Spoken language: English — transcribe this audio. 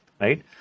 right